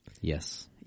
Yes